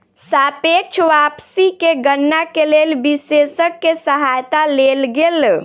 सापेक्ष वापसी के गणना के लेल विशेषज्ञ के सहायता लेल गेल